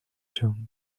tongue